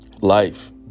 life